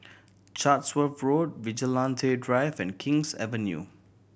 Chatsworth Road Vigilante Drive and King's Avenue